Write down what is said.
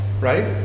right